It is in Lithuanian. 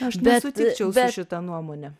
aš nesutikčiau su šita nuomone